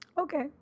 Okay